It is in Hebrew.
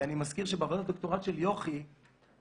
אני מזכיר שבעבודת הדוקטורט של יוכי הראינו